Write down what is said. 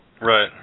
Right